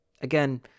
Again